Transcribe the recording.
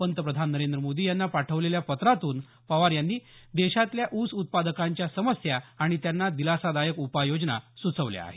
पंतप्रधान नरेंद्र मोदी यांना पाठवलेल्या पत्रातून पवार यांनी देशातल्या ऊस उत्पादकांच्या समस्या आणि त्यांना दिलासादायक उपाययोजना सूचवल्या आहेत